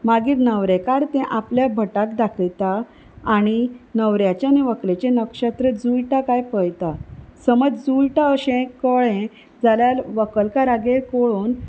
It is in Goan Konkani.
मागीर न्हवरेकार तें आपल्या भटाक दाखयता आनी न्हवऱ्याचे आनी व्हकलेचें नक्षत्र जुळटां कांय पळयता समज जुळटा अशें कळें जाल्यार व्हकलकारागेर कळोवन